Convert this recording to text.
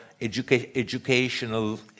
educational